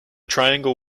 triangle